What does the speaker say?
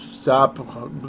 stop